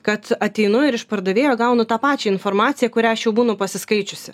kad ateinu ir iš pardavėjo gaunu tą pačią informaciją kurią aš jau būnu pasiskaičiusi